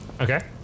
Okay